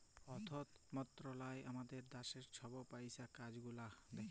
অথ্থ মলত্রলালয় আমাদের দ্যাশের ছব পইসার কাজ গুলা দ্যাখে